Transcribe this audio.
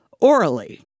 orally